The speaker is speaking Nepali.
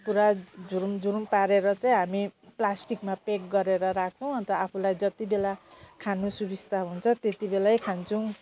पुरा झुरुम झुरुम पारेर चाहिँ हामी प्लास्टिकमा प्याक गरेर राखौँ अन्त आफूलाई जति बेला खानु सुबिस्ता हुन्छ त्यति बेलै खान्छौँ